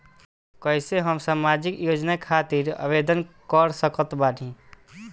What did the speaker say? कैसे हम सामाजिक योजना खातिर आवेदन कर सकत बानी?